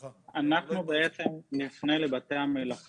אנחנו, בעצם, נפנה לבתי המלאכה